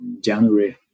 January